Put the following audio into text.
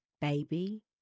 baby